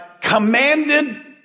commanded